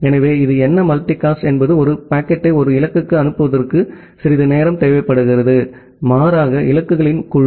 எனவே இது என்ன மல்டிகாஸ்ட் என்பது ஒரு பாக்கெட்டை ஒரு இலக்குக்கு அனுப்புவதற்கு சிறிது நேரம் தேவைப்படுகிறது மாறாக இலக்குகளின் குழு